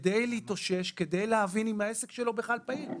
כדי להתאושש, כדי להבין אם העסק שלו בכלל פעיל.